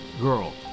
girl